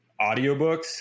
audiobooks